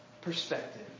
perspective